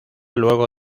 luego